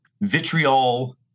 vitriol